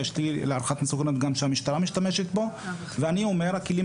יש כלי להערכת מסוכנות שגם המשטרה משתמשת בו ואני אומר שהכלים